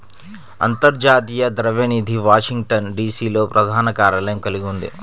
అంతర్జాతీయ ద్రవ్య నిధి వాషింగ్టన్, డి.సి.లో ప్రధాన కార్యాలయం కలిగి ఉంది